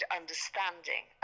understanding